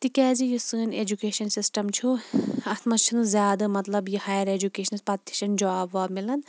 تِکیازِ یُس سٲنٛۍ ایٚجُکیشَن سِسٹَم چھُ اتھ مَنٛز چھُ نہٕ زیادٕ مَطلَب یہِ ہایَر ایٚجُکیشنَس پَتہٕ تہِ چھَنہٕ جاب واب مِلان